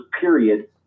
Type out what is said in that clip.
period